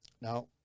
now